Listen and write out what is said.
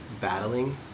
battling